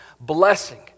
blessing